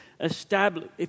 establish